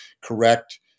correct